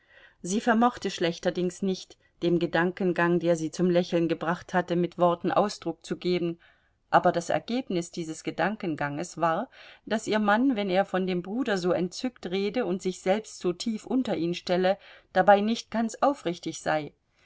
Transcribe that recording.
sie vermochte schlechterdings nicht dem gedankengang der sie zum lächeln gebracht hatte mit worten ausdruck zu geben aber das ergebnis dieses gedankenganges war daß ihr mann wenn er von dem bruder so entzückt rede und sich selbst so tief unter ihn stelle dabei nicht ganz aufrichtig sei